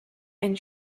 and